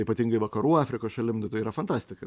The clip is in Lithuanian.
ypatingai vakarų afrikos šalim nu tai yra fantastika